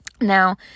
Now